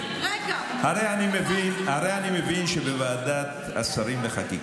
הרי אני מבין שבוועדת השרים לחקיקה,